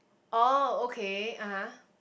oh okay (aha)